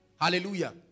Hallelujah